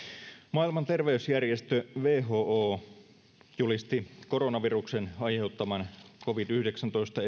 maailman terveysjärjestö who julisti koronaviruksen aiheuttaman covid yhdeksäntoista